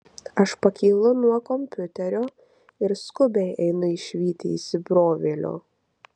aš pakylu nuo kompiuterio ir skubiai einu išvyti įsibrovėlio